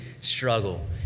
struggle